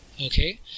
Okay